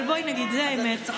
אבל בואי נגיד שזו האמת,